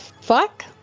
fuck